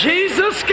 Jesus